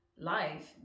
life